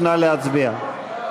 נא להצביע.